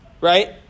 Right